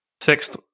sixth